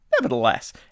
Nevertheless